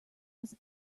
was